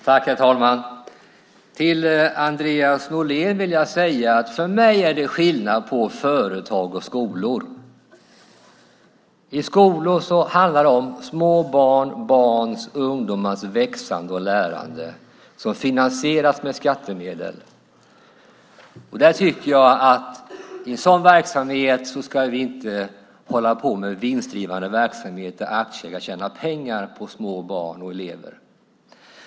Herr talman! Till Andreas Norlén vill jag säga att det för mig är skillnad på företag och skolor. I skolor handlar det om barns och ungdomars växande och lärande som finansieras med skattemedel. I en sådan verksamhet tycker jag inte att man ska hålla på med vinstdrivande verksamhet där aktieägare tjänar pengar på små barn och elever.